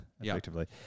effectively